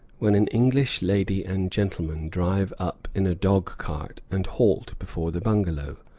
when an english lady and gentleman drive up in a dog-cart and halt before the bungalow.